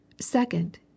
second